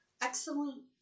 excellent